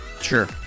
sure